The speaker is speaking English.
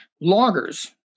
loggers